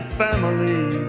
family